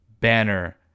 banner